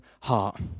heart